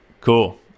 cool